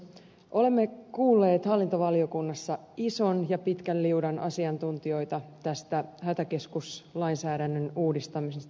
olemme kuulleet hallintovaliokunnassa ison ja pitkän liudan asiantuntijoita tästä hätäkeskuslainsäädännön uudistamisesta